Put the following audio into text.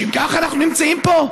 לשם כך אנחנו נמצאים פה?